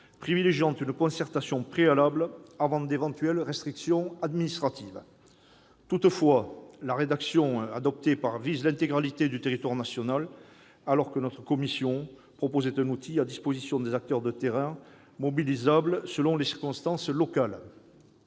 privilégiant une concertation préalable avant d'éventuelles restrictions administratives. Toutefois, la rédaction adoptée vise l'intégralité du territoire national, alors que notre commission proposait de mettre à disposition des acteurs de terrain un outil mobilisable selon les circonstances locales.